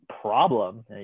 problem